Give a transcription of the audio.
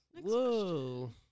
Whoa